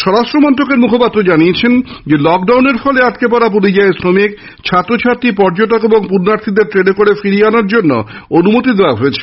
স্বরাষ্ট্রমন্ত্রকের মুখপাত্র জানিয়েছেন লকডাউনের ফলে আটকে পড়া পরিযায়ী শ্রমিক ছাত্রছাত্রী পর্যটক ও পুন্যার্থীদের ট্রেনে করে ফিরিয়ে আনার অনুমতি দেওয়া হয়েছে